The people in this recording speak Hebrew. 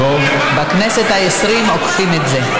בכנסת העשרים אוכפים את זה.